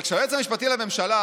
אבל כשהיועץ המשפטי לממשלה